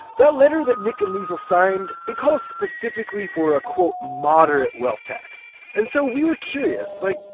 that letter that nick and liesel signed, it calls specifically for a, quote, moderate wealth tax. and so we were curious. like,